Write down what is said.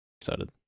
excited